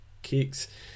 kicks